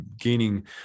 gaining